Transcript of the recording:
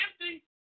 empty